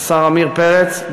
השר עמיר פרץ,